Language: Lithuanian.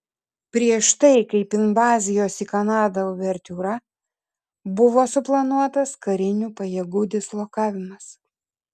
prieš tai kaip invazijos į kanadą uvertiūra buvo suplanuotas karinių pajėgų dislokavimas